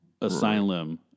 asylum